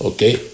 Okay